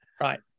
right